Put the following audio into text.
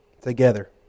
together